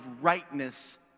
rightness